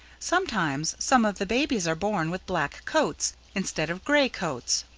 sometimes some of the babies are born with black coats instead of gray coats.